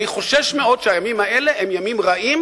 אני חושש מאוד שהימים האלה הם ימים רעים,